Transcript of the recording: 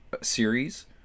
series